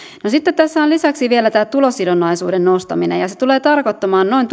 no sitten tässä on lisäksi vielä tämä tulosidonnaisuuden nostaminen ja se tulee tarkoittamaan noin